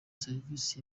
serivisi